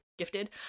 gifted